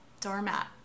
doormat